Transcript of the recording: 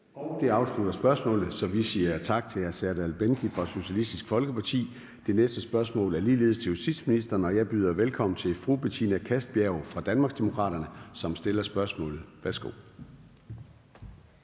Det afslutter spørgsmålet, så vi siger tak til hr. Serdal Benli fra Socialistisk Folkeparti. Det næste spørgsmål er ligeledes til justitsministeren. Jeg byder velkommen til fru Betina Kastbjerg fra Danmarksdemokraterne, som stiller spørgsmålet. Kl.